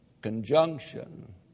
conjunction